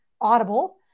Audible